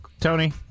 Tony